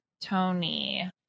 Tony